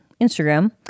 Instagram